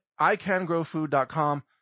icangrowfood.com